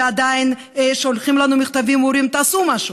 ועדיין שולחים לנו מכתבים ואמרים: תעשו משהו,